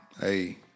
hey